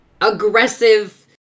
aggressive